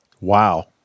Wow